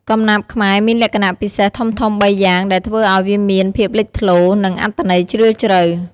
កំណាព្យខ្មែរមានលក្ខណៈពិសេសធំៗបីយ៉ាងដែលធ្វើឱ្យវាមានភាពលេចធ្លោ និងអត្ថន័យជ្រាលជ្រៅ។